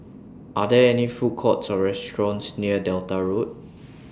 Are There any Food Courts Or restaurants near Delta Road